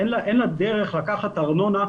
אין לה דרך לקחת ארנונה.